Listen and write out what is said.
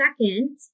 Second